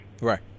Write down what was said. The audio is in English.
Right